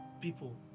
people